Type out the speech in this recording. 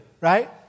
right